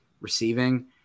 receiving